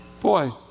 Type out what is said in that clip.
Boy